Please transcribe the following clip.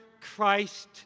Christ